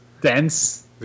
dense